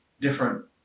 different